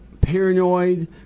paranoid